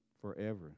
Forever